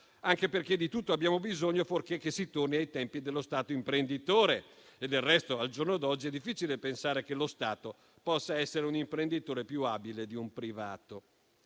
anche perché di tutto abbiamo bisogno fuorché che si torni ai tempi dello Stato imprenditore. Del resto, al giorno d'oggi è difficile pensare che lo Stato possa essere un imprenditore più abile di un privato.